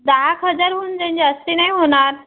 दहा एक हजार होऊन जाईल जास्त नाही होणार